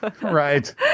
Right